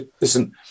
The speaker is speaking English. listen